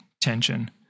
tension